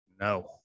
No